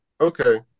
Okay